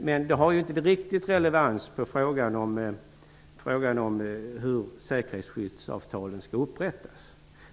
Detta har dock inte riktigt relevans för frågan om hur säkerhetsskyddsavtalen skall upprättas.